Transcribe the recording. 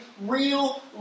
real